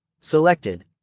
selected